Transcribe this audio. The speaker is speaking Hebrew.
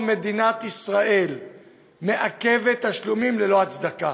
מדינת ישראל מעכבת תשלומים ללא הצדקה.